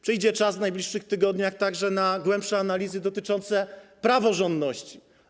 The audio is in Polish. Przyjdzie czas w najbliższych tygodniach także na głębsze analizy dotyczące praworządności.